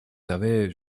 savez